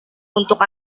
untuk